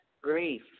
Grief